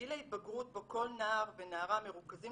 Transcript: גיל ההתבגרות בו כל נערה ונערה מרוכזים